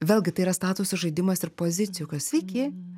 vėlgi tai yra statusų žaidimas ir pozicijų sveiki